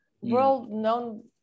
world-known